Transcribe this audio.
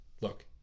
Look